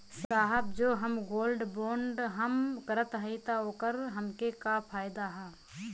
साहब जो हम गोल्ड बोंड हम करत हई त ओकर हमके का फायदा ह?